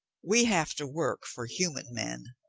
we have to work for human men.